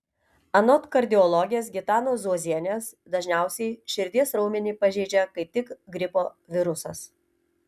anot kardiologės gitanos zuozienės dažniausiai širdies raumenį pažeidžia kaip tik gripo virusas